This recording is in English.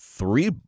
Three